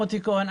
מוטי כהן,